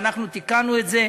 ואנחנו תיקנו את זה,